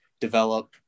develop